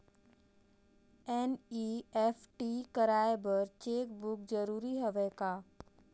NEFT कराय बर cheque book जरूरी हवय का?